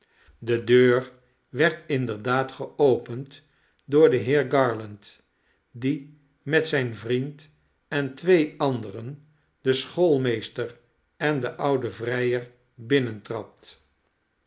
de deur werd inderdaad geopend door den heer garland die met zijn vriend en twee anderen de schoolmeester en de oude vrijer